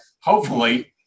hopefully-